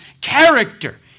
character